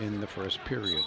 in the first period